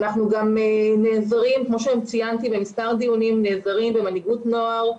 צריך לדאוג שהכסף יהיה במקום הנכון,